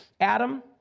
Adam